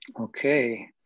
Okay